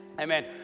Amen